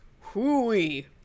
hooey